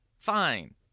Fine